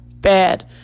bad